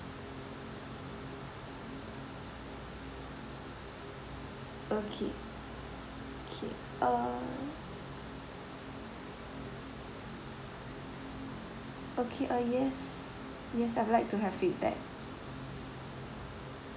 okay okay uh okay uh yes yes I would like to have feedback